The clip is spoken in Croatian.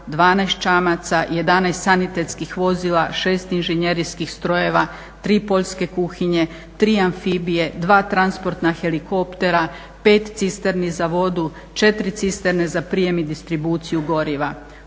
12 čamaca, 11 sanitetskih vozila, šest inženjerijskih strojeva, tri poljske kuhinje, tri amfibije, dva transportna helikoptera, pet cisterni za vodu, četiri cisterne za prijem i distribuciju goriva.